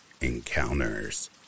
Encounters